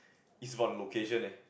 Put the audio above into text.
is for location eh